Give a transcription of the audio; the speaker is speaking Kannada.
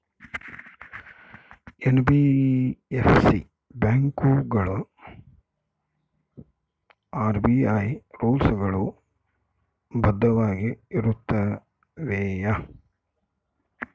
ಎನ್.ಬಿ.ಎಫ್.ಸಿ ಬ್ಯಾಂಕುಗಳು ಆರ್.ಬಿ.ಐ ರೂಲ್ಸ್ ಗಳು ಬದ್ಧವಾಗಿ ಇರುತ್ತವೆಯ?